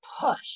push